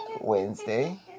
Wednesday